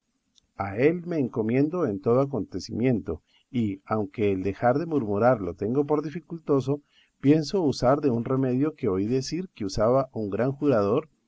a él me encomiendo en todo acontecimiento y aunque el dejar de murmurar lo tengo por dificultoso pienso usar de un remedio que oí decir que usaba un gran jurador